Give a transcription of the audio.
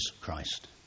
Christ